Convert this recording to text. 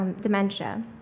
dementia